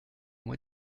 moi